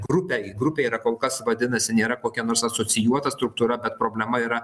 grupę grupė yra kol kas vadinasi nėra kokia nors asocijuota struktūra bet problema yra